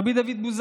ר' דוד בוזגלו